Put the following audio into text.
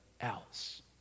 else